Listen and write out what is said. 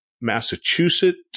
Massachusetts